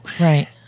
Right